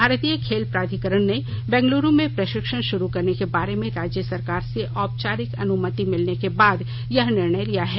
भारतीय खेल प्राधिकरण ने बंगलूरु में प्रशिक्षण शुरू करने के बारे में राज्य सरकार से औपचारिक अनुमति मिलने के बाद यह निर्णय लिया है